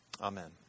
Amen